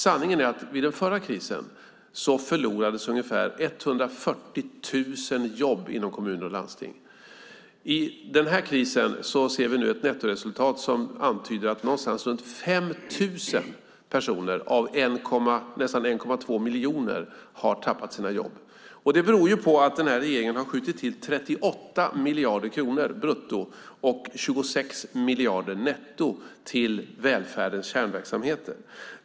Sanningen är att ungefär 140 000 jobb inom kommuner och landsting gick förlorade vid den förra krisen. I den här krisen ser vi nu ett nettoresultat som antyder att någonstans runt 5 000 personer av nästan 1,2 miljoner har tappat sina jobb. Det beror på att den här regeringen har skjutit till 38 miljarder kronor brutto, 26 miljarder netto, till välfärdens kärnverksamheter.